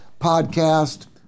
podcast